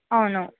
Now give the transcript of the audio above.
అవును